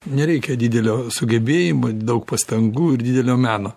nereikia didelio sugebėjimo daug pastangų ir didelio meno